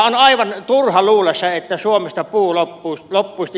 on aivan turha luulla että suomesta puu loppuisi